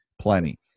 plenty